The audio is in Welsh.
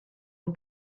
nhw